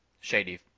Shady